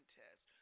test